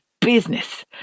business